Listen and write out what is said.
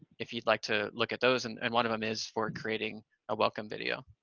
if you'd like to look at those, and and one of them is for creating a welcome video.